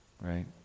right